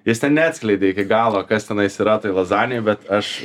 jis ten neatskleidė iki galo kas tenais yra toj lazanijoj bet aš